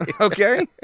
Okay